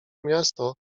miasto